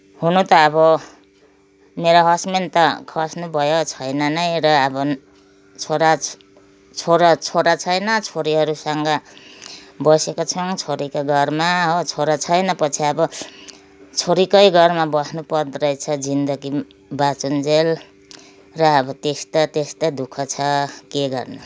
हुन त अब मेरो हसबेन्ड त खस्नुभयो छैन नै र अब छोरा छोरा छैनन् छोरीहरूसँग बसेका छौँ छोरीको घरमा हो छोरा छैन पछि अब छोरीकै घरमा बस्नु पर्दोरहेछ जिन्दगी बाचुन्जेल र अब त्यस्तो त्यस्तो दु ख छ के गर्नु